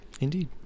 Indeed